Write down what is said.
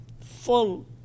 full